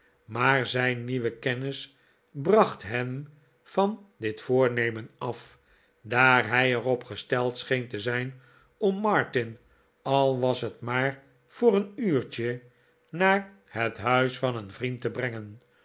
maar zijn nieuwe kennis bracht hem van dit voornemen af daar hij er op gesteld scheen te zijn om martin al was het maar voor een uurtje naar het huis van een vriend te brengen